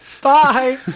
Bye